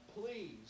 Please